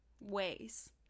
ways